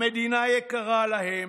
המדינה יקרה להם.